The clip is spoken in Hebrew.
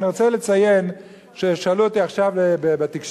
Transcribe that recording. אני רוצה לציין ששאלו אותי עכשיו בתקשורת